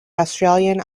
australian